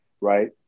right